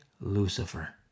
Lucifer